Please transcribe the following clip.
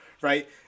right